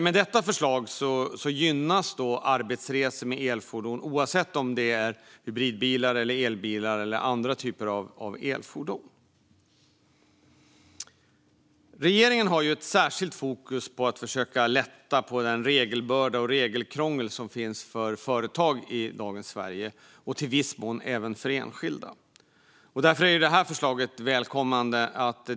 Med detta förslag gynnas arbetsresor med elfordon oavsett om det är hybridbilar, elbilar eller andra typer av elfordon. Regeringen har särskilt fokus på att försöka lätta på den regelbörda och det regelkrångel som finns för företag i dagens Sverige och i viss mån även för enskilda. Därför är detta förslag välkommet.